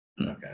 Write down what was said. Okay